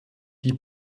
die